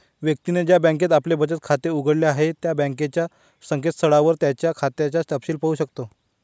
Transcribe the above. व्यक्तीने ज्या बँकेत आपले बचत खाते उघडले आहे त्या बँकेच्या संकेतस्थळावर त्याच्या खात्याचा तपशिल पाहू शकतो